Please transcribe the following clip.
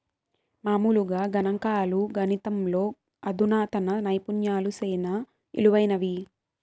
మామూలుగా గణంకాలు, గణితంలో అధునాతన నైపుణ్యాలు సేనా ఇలువైనవి